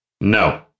no